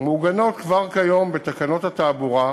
מעוגנות כבר כיום בתקנות התעבורה,